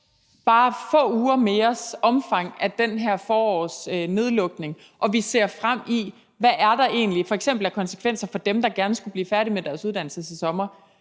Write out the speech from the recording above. bare få uger kender mere af omfanget af det her forårs nedlukning og vi ser frem i, hvad der egentlig er f.eks. af konsekvenser for dem, der gerne skulle blive færdige med deres uddannelse til sommer,